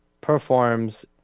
performs